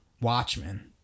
Watchmen